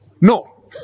no